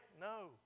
no